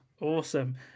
Awesome